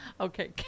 Okay